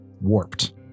warped